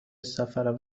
سفرم